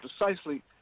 precisely